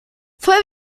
fue